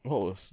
what was